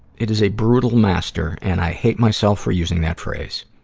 it is a brutal master, and i hate myself for using that phrase.